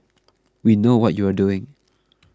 we know what you are doing